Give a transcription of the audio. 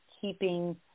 keeping